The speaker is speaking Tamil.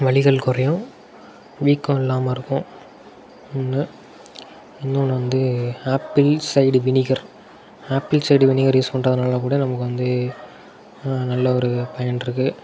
வலிகள் குறையும் வீக்கம் இல்லாமல் இருக்கும் ஒன்று இன்னொன்று வந்து apple cider vinegar apple cider vinegar use பண்றதனால் கூட நம்மளுக்கு வந்து நல்ல ஒரு பயன் இருக்குது